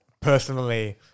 personally –